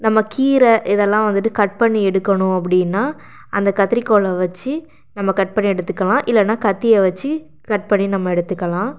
நம்ம கீரை இதெல்லாம் வந்துட்டு கட் பண்ணி எடுக்கன்ணும் அப்படின்னா அந்த கத்திரிகோலை வச்சு நம்ம கட் பண்ணி எடுத்துக்கலாம் இல்லைன்னா கத்தி வச்சு கட் பண்ணி நம்ம எடுத்துக்கலாம்